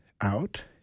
out